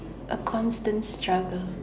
a constant struggle